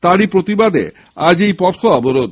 তারই প্রতিবাদে আজ এই পথ অবরোধ